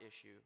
issue